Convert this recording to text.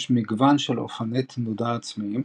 יש מגוון של אופני תנודה עצמיים,